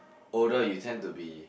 older you tend to be